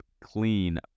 clean